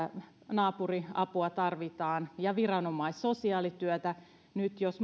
naapuriapua tarvitaan ja viranomaisen sosiaalityötä nyt jos